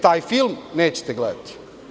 Taj film nećete gledati.